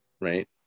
right